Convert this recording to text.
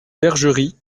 bergerie